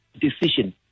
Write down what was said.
decision